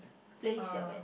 place your bet